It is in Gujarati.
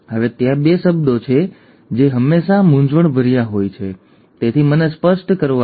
હવે ત્યાં બે શબ્દો છે જે હંમેશાં મૂંઝવણભર્યા હોય છે તેથી મને તે સ્પષ્ટ કરવા દો